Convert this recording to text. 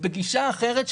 בגישה אחרת,